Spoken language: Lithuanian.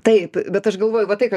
taip bet aš galvoju kad tai kad